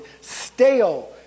stale